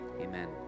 Amen